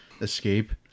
escape